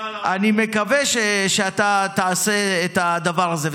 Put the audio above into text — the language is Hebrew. אני מקווה שאתה תעשה את הדבר הזה.